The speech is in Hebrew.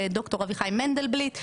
לד"ר אביחי מנדלבליט,